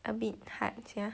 a bit hard sia